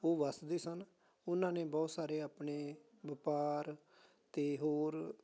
ਉਹ ਵੱਸਦੇ ਸਨ ਉਹਨਾਂ ਨੇ ਬਹੁਤ ਸਾਰੇ ਆਪਣੇ ਵਪਾਰ ਅਤੇ ਹੋਰ